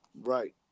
right